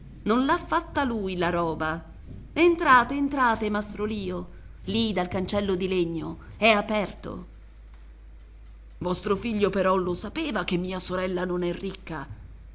non l'ha fatta lui la roba entrate entrate mastro lio lì dal cancello di legno è aperto vostro figlio però lo sapeva che mia sorella non è ricca